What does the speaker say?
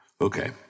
Okay